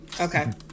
Okay